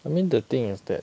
I mean the thing is that